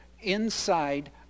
inside